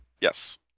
Yes